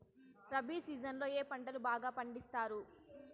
rabi season లో ఏ పంటలు బాగా పండిస్తారు